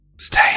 stay